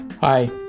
Hi